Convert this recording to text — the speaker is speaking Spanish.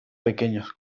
pequeños